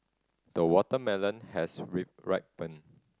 the watermelon has ripened